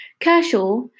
Kershaw